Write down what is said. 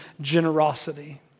generosity